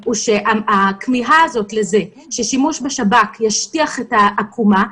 שהכמיהה הזאת לזה ששימוש בשב"כ ישטיח את העקומה,